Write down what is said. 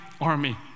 army